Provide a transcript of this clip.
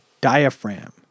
diaphragm